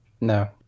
No